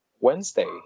Wednesday